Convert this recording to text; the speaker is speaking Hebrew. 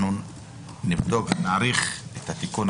אנחנו נבדוק ואז נעלה את הסוגיות